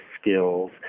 skills